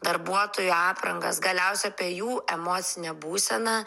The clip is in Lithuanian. darbuotojų aprangas galiausiai apie jų emocinę būseną